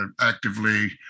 actively